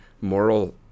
moral